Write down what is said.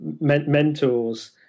mentors